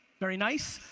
very nice.